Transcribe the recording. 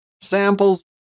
samples